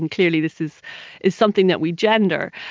and clearly this is is something that we gender,